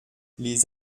les